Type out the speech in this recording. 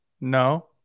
No